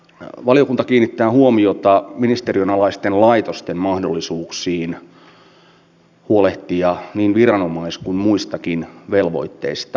valiokunta kiinnittää huomiota ministeriön tutkia neutrinotähtitiedettä sekä fysiikan suurinta ongelmaa niin viranomais kuin muistakin velvoitteista